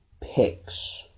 picks